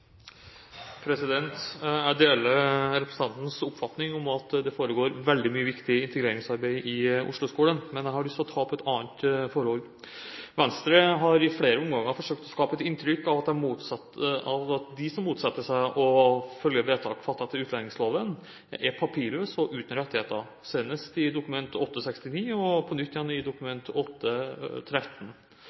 Jeg deler representantens oppfatning om at det foregår veldig mye viktig integreringsarbeid i Oslo-skolen, men jeg har lyst til å ta opp et annet forhold. Venstre har i flere omganger forsøkt å skape et inntrykk av at de som motsetter seg å følge et vedtak fattet etter utlendingsloven, er papirløse og uten rettigheter – senest i Dokument 8:69 S for 2010–2011, og på nytt igjen i Dokument